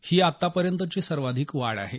ही आता पर्यतची सर्वाधिक वाढ आहे